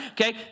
okay